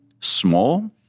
small